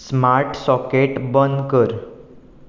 smart socket बंद कर